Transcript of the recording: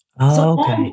Okay